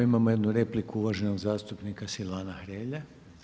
Imamo jednu repliku uvaženog zastupnika Silvana Hrelje.